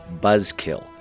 buzzkill